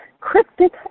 cryptic